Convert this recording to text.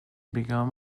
became